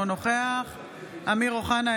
אינו נוכח אמיר אוחנה,